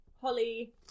holly